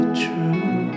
true